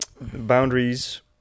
boundaries